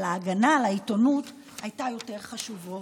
ההגנה על העיתונות הייתה יותר חשובה.